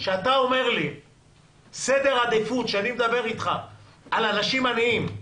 כשאתה אומר לי שסדר העדיפות על אנשים עניים,